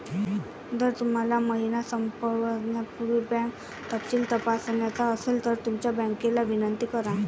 जर तुम्हाला महिना संपण्यापूर्वी बँक तपशील तपासायचा असेल तर तुमच्या बँकेला विनंती करा